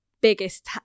biggest